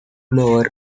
blower